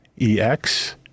ex